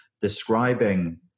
describing